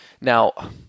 Now